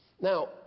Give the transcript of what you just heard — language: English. Now